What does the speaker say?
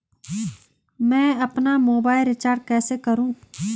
मैं अपना mobile recharge कैसे करूँ?